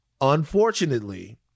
Unfortunately